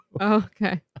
Okay